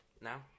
now